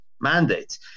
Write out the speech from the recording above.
mandate